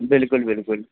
بالکل بالکل